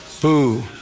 Boo